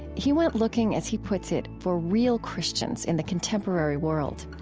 he went looking, as he puts it, for real christians in the contemporary world.